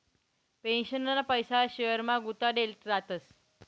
पेन्शनना पैसा शेयरमा गुताडेल रातस